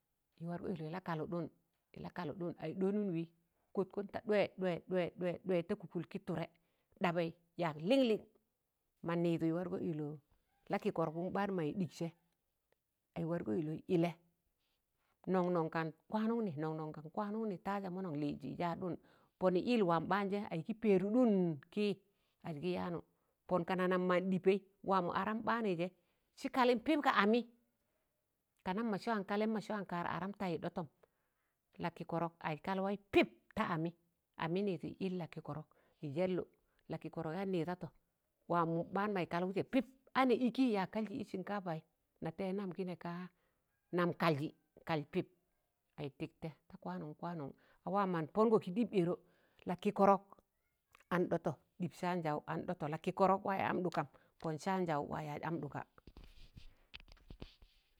ịz wargọ ịLọ ịz la Kalụḍụn ịs La kalaḍu̱n aị ɗọọnụn wịị kọtkọn ta ḍwẹ ḍwẹ ḏwẹ ḍwẹ ɗeẹ ta kụkụl kị tụrẹ ɗabẹị yaag Lịṇ Lịṇ ma nịịdụ ịz wịLọ Lakịkọrkụm ɓ̣aan maị ɗịksẹ aị wargọ ịLọ ịlẹ nọṇ nọṇ kan kwanunyi nọn nọṇ kan kwanunyi taja mọnọṇ Lịzsị is yaadụn pọn ịs yịl waam ɓaanjẹ aịgị pẹrụdụn kịị az gị yaanụ pọn kana na man ɗịpẹị waamọ-aram ɓaanụịjẹ sị kalịn pịp ga amị ka nam mọsị wa kalịm mọsịwa kar aram taị ɗ̣ọtọm kịkịkọrọk aị kal waị pịp ta amị, amị njịdụ ịs yịl- Lakị kọrọk ịs yẹllụ La kịkọrọk yaan nịịdatọ waam ɓaan mọị kalụkịjẹ pịp anẹ ịkịị yaag kaljị ị shinkapai natẹịyẹ nam kị nẹ kaa nam kaljị-kalj pịp aị tịktẹ ta kwanun, kwanun a waam mọn pọngọ kị ɗịp ẹdọ lakịkọrọk an ɗọtọ ɗ̣ịp saanjaụ an dọtọ Lakịkọrọk wa yaaz am ɗụkam pọn saanjaụ wa yaaz am ɗụka.